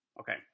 Okay